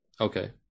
Okay